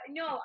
no